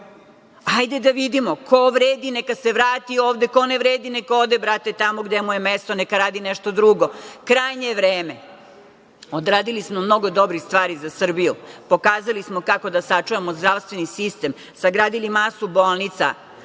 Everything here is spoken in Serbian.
Hajde da vidimo, ko vredi neka se vrati ovde, ko ne vredi neka ode tamo gde mu je mesto, neka radi nešto drugo. Krajnje je vreme. Odradili smo mnogo dobrih stvari za Srbiju, pokazali smo kako da sačuvamo zdravstveni sistem, sagradili masu bolnica,